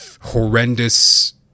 horrendous